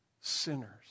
sinners